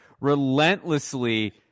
relentlessly –